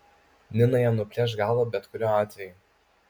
nina jam nuplėš galvą bet kuriuo atveju